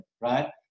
right